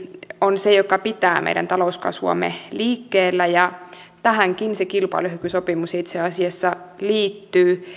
on se joka pitää meidän talouskasvuamme liikkeellä ja tähänkin se kilpailukykysopimus itse asiassa liittyy